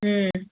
ꯎꯝ